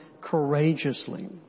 courageously